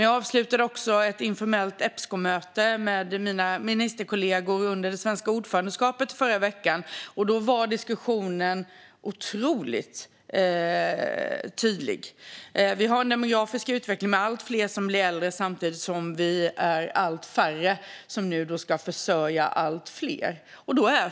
Jag avslutade förra veckan ett informellt Epscomöte under svenskt ordförandeskap med mina ministerkollegor med en otroligt tydlig diskussion. Vi har en demografisk utveckling med allt fler äldre. Allt färre ska nu försörja allt fler.